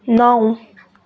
नौ